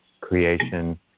creation